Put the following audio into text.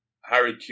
Harry